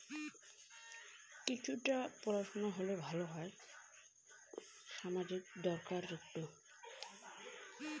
সামাজিক প্রকল্প করির জন্যে কি পড়াশুনা দরকার?